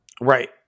Right